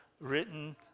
written